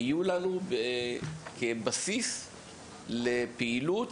יהיו לנו כבסיס לפעילות,